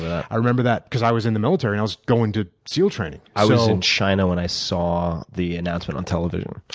i remember that because i was in the military and i was going to seal training. i was in china when i saw the announcement on television.